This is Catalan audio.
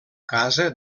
casa